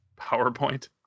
PowerPoint